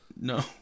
No